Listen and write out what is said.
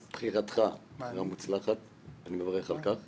בחירתך גם מוצלחת, אני מברך על כך.